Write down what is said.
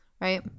right